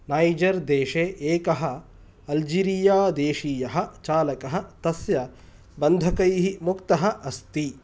नैजर् देशे एकः अल्जीरियादेशीयः चालकः तस्य बन्धकैः मुक्तः अस्ति